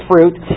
fruit